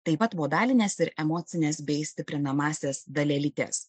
taip pat modalines ir emocines bei stiprinamąsias dalelytes